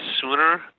sooner